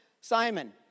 Simon